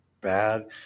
bad